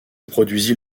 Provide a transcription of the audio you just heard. produisit